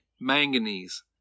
manganese